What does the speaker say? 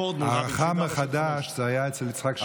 פורד, הערכה מחדש זה היה אצל יצחק שמיר.